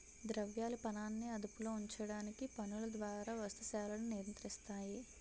ద్రవ్యాలు పనాన్ని అదుపులో ఉంచడానికి పన్నుల ద్వారా వస్తు సేవలను నియంత్రిస్తాయి